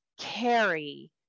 carry